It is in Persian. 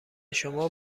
شما